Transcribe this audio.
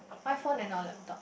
why phone and not laptop